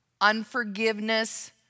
unforgiveness